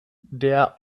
der